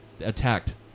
attacked